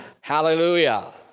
Hallelujah